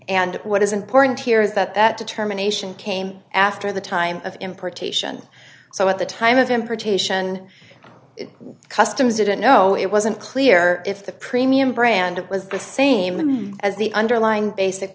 and what is important here is that that determination came after the time of importation so at the time of him protection customers didn't know it wasn't clear if the premium brand it was the same as the underlying basic